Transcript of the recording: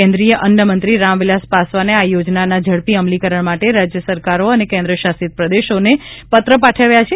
કેન્દ્રિય અન્નમંત્રી રામવિલાસ પાસવાને આ યોજનાના ઝડપી અમલીકરણ માટે રાજય સરકારો અને કેન્દ્રશાસિતપ્રદેશોને પત્ર પાઠવ્યા છે